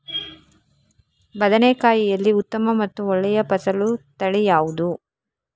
ಬದನೆಕಾಯಿಯಲ್ಲಿ ಉತ್ತಮ ಮತ್ತು ಒಳ್ಳೆಯ ಫಸಲು ತಳಿ ಯಾವ್ದು?